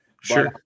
Sure